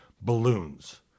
Balloons